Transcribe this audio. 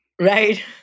Right